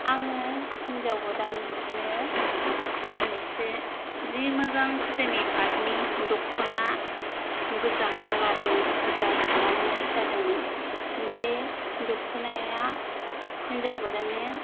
आङो हिनजाव गोदाननो मोनसे जि मोजां सेमि पातनि दखना गोजा कालार नि अर्दार खालामनाय जादोंमोन बे दख'नाया हिनजाव गोदाननि